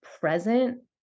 present